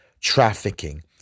trafficking